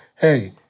hey